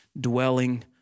dwelling